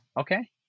Okay